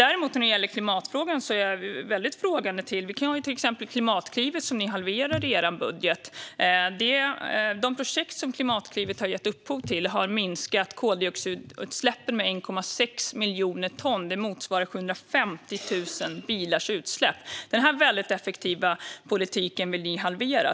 Däremot när det gäller klimatfrågan ställer jag mig väldigt frågande. Ni halverade till exempel Klimatklivet i er budget. De projekt som Klimatklivet har gett upphov till har minskat koldioxidutsläppen med 1,6 miljoner ton. Det motsvarar 750 000 bilars utsläpp. Denna mycket effektiva politik vill ni halvera.